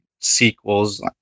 sequels